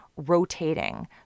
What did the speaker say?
rotating